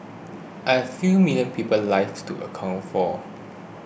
I few million people's lives to account for